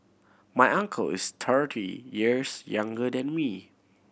my uncle is thirty years younger than me